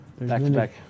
Back-to-back